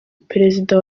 perezida